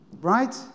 Right